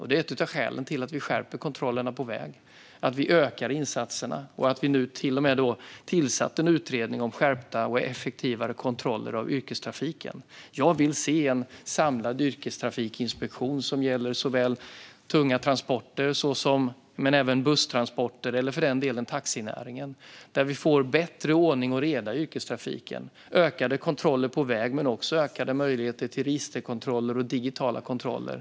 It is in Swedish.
Det är ett av skälen till att vi skärper kontrollerna på väg, att vi ökar insatserna och att vi till och med har tillsatt en utredning om skärpta och effektivare kontroller av yrkestrafiken. Jag vill se en samlad yrkestrafikinspektion som gäller både tunga transporter, inklusive busstransporter, och taxinäringen. Vi ska få bättre ordning i yrkestrafiken och ökade kontroller på väg, men också ökade möjligheter till registerkontroller och digitala kontroller.